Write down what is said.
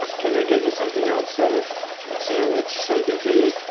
can i get you something else? a sandwich, something to eat.